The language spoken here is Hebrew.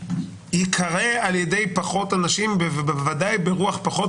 ייקרא על ידי פחות אנשים ובוודאי ברוח פחות